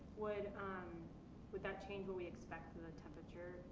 would would that change what we expect the temperature